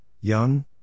young